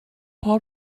paul